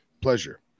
Pleasure